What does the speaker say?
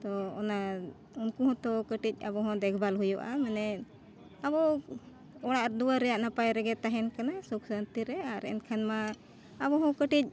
ᱛᱚ ᱚᱱᱟ ᱩᱱᱠᱩ ᱦᱚᱸᱛᱚ ᱠᱟᱹᱴᱤᱡ ᱟᱵᱚᱦᱚᱸ ᱫᱮᱠᱷᱵᱷᱟᱞ ᱦᱩᱭᱩᱜᱼᱟ ᱢᱟᱱᱮ ᱟᱵᱚ ᱚᱲᱟᱜᱼᱫᱩᱣᱟᱹᱨ ᱨᱮᱭᱟᱜ ᱱᱟᱯᱟᱭ ᱨᱮᱜᱮ ᱛᱟᱦᱮᱱ ᱠᱟᱱᱟ ᱥᱩᱠᱼᱥᱟᱱᱛᱤ ᱨᱮ ᱟᱨ ᱮᱱᱠᱷᱟᱱ ᱢᱟ ᱟᱵᱚ ᱦᱚᱸ ᱠᱟᱹᱴᱤᱡ